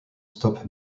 stop